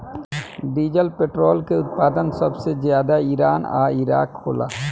diesel petrol के उत्पादन सबसे ज्यादा ईरान आ इराक होला